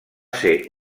ser